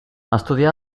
estudià